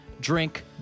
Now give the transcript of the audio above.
drink